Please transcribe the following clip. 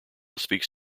speaks